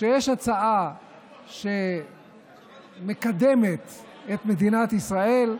כשיש הצעה שמקדמת את מדינת ישראל,